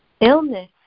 Illness